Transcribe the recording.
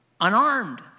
unarmed